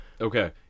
okay